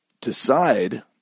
decide